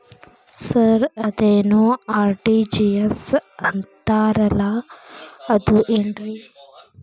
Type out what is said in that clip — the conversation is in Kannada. ಸರ್ ಅದೇನು ಆರ್.ಟಿ.ಜಿ.ಎಸ್ ಅಂತಾರಲಾ ಅದು ಏನ್ರಿ?